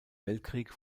weltkrieg